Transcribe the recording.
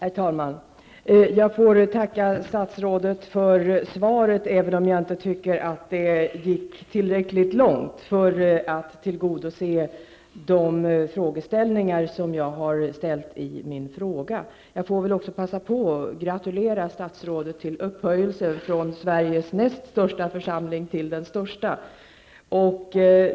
Herr talman! Jag ber att få tacka statsrådet för svaret, även om jag inte tycker att det gick tillräckligt långt för att tillgodose de frågeställningar jag har tagit upp. Jag får väl också passa på att gratulera statsrådet till upphöjelsen från Sveriges näst största församling till den största.